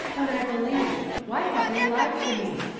when i believe. why have they lied to me?